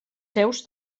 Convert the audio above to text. seus